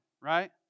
right